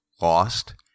Lost